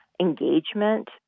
engagement